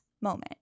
moment